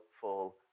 full